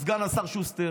סגן השר שוסטר?